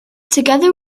together